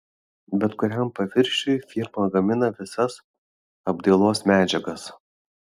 bet kuriam paviršiui firma gamina visas apdailos medžiagas